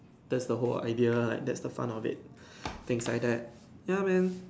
that's the whole idea like that's the fun of it things like that ya man